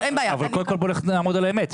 אבל קודם כל בוא נעמוד על האמת,